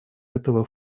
этого